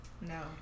No